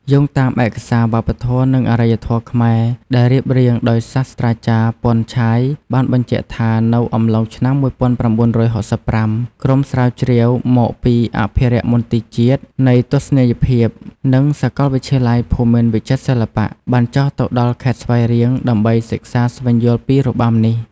យោងតាមឯកសារវប្បធម៌ និងអរិយធម៌ខ្មែរ ដែលរៀបរៀងដោយសាស្ត្រាចារ្យ ពន់ ឆាយ បានបញ្ជាក់ថា នៅអំឡុងឆ្នាំ១៩៦៥ ក្រុមស្រាវជ្រាវមកពីអភិរក្សមន្ទីរជាតិនៃទស្សនីយភាព និងសាកលវិទ្យាល័យភូមិន្ទវិចិត្រសិល្បៈ បានចុះទៅដល់ខេត្តស្វាយរៀង ដើម្បីសិក្សាស្វែងយល់ពីរបាំនេះ។